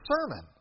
sermon